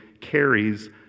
carries